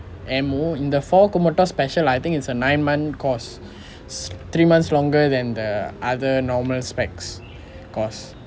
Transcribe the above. and more in the four க்கு மட்டும்:kku mattum special lah I think it's a nine month course three months longer than the other normal specifications course